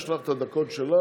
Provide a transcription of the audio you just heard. יש לך את הדקות שלך,